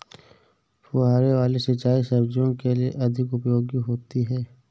फुहारे वाली सिंचाई सब्जियों के लिए अधिक उपयोगी होती है?